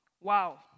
Wow